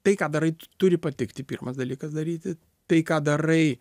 tai ką darai turi patikti pirmas dalykas daryti tai ką darai